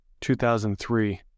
2003